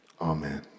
Amen